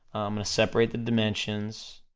ah separate the dimensions,